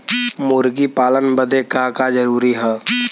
मुर्गी पालन बदे का का जरूरी ह?